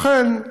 לכן,